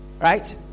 right